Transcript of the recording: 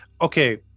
Okay